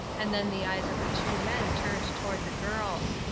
and then the eyes of the two men turned toward the girls.